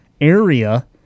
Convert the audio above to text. area